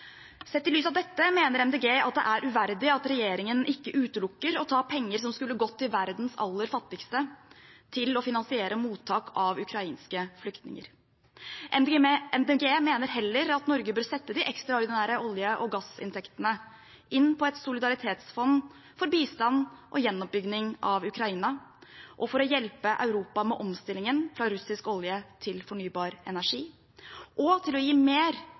Sett i lys av dette mener Miljøpartiet De Grønne at det er uverdig at regjeringen ikke utelukker å ta penger som skulle gått til verdens aller fattigste, til å finansiere mottak av ukrainske flyktninger. Miljøpartiet De Grønne mener at Norge heller bør sette de ekstraordinære olje- og gassinntektene inn i et solidaritetsfond for bistand og gjenoppbygging av Ukraina og for å hjelpe Europa med omstillingen fra russisk olje til fornybar energi, og til å gi mer